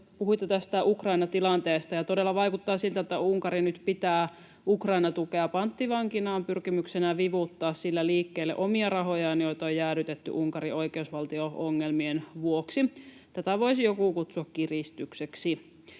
puhuitte tästä Ukrainan tilanteesta, että todella vaikuttaa siltä, että Unkari nyt pitää Ukraina-tukea panttivankinaan pyrkimyksenään vivuttaa sillä liikkeelle omia rahojaan, joita on jäädytetty Unkarin oikeusvaltio-ongelmien vuoksi. Tätä voisi joku kutsua kiristykseksi.